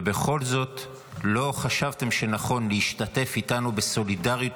ובכל זאת לא חשבתם שנכון להשתתף איתנו בסולידריות